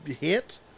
hit